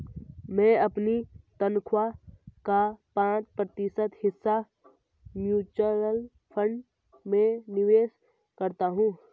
मैं अपनी तनख्वाह का पाँच प्रतिशत हिस्सा म्यूचुअल फंड में निवेश करता हूँ